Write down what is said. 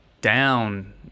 down